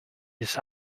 this